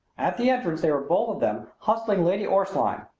at the entrance they were both of them hustling lady orstline.